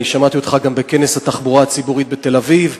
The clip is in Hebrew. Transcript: שמעתי אותך גם בכנס התחבורה הציבורית בתל-אביב,